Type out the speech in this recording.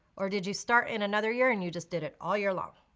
or did you start in another year and you just did it all year long?